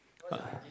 uh